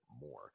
more